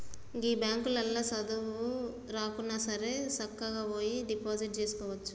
గీ బాంకులల్ల సదువు రాకున్నాసరే సక్కగవోయి డిపాజిట్ జేసుకోవచ్చు